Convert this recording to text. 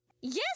Yes